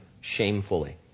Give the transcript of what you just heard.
shamefully